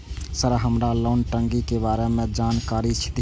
Sir हमरा loan टंगी के बारे में जान कारी धीरे?